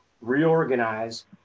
reorganize